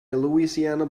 louisiana